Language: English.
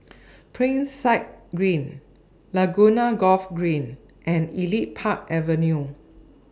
Side Green Laguna Golf Green and Elite Park Avenue